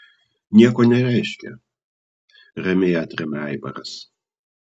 nieko nereiškia ramiai atremia aivaras